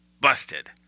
busted